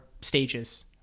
stages